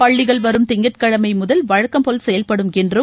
பள்ளிகள் வரும் திங்கட்கிழமை முதல் வழக்கம்போல் செயல்படும் என்றும்